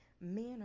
men